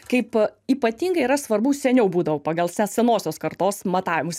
kaip ypatingai yra svarbu seniau būdavo pagal se senosios kartos matavimus